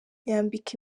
yambika